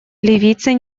ливийцы